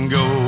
go